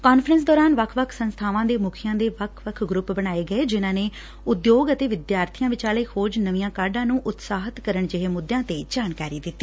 conference ਦੌਰਾਨ ਵੱਖ ਵੱਖ ਸੰਸਬਾਵਾਂ ਦੇ ਮੁੱਖੀਆਂ ਦੇ ਵੱਖ ਵੱਖ ਗਰੁੱਪ ਬਣਾਏ ਗਏ ਜਿਨੂਾਂ ਨੇ ਉਦਯੋਗ ਅਤੇ ਵਿਦਿਆਰਬੀਆਂ ਵਿਚਾਲੇ ਖੋਜ ਨਵੀਆਂ ਕਾਢਾਂ ਨੂੰ ਉਤਸ਼ਾਹਿਤ ਕਰਨ ਜਿਹੇ ਮੁੱਦਿਆਂ ਤੇ ਜਾਣਕਾਰੀ ਦਿੱਤੀ